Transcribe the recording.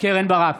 קרן ברק,